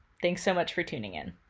thanks so much for tuning in.